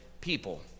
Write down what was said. people